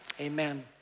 amen